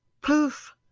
Poof